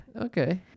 Okay